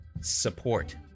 support